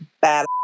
bad